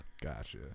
Gotcha